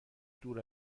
دور